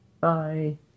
Bye